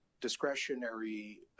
discretionary